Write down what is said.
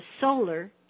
solar